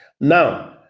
now